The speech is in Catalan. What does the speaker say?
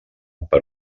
per